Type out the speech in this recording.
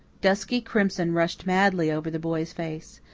dusky crimson rushed madly over the boy's face.